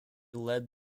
led